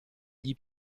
gli